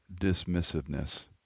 dismissiveness